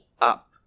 up